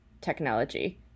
technology